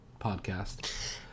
podcast